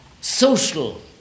social